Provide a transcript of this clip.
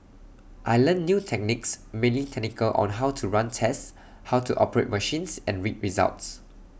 I learnt new techniques mainly technical on how to run tests how to operate machines and read results